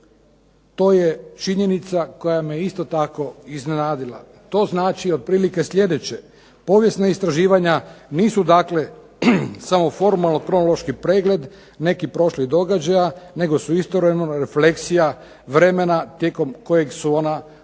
To je činjenica koja me isto tako iznenadila, to znači otprilike sljedeće. Povijesna istraživanja nisu dakle samo formalno kronološki pregled nekih događaja nego su istovremeno refleksija vremena tijekom kojeg su ona provođena,